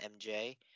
MJ